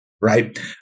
right